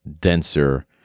denser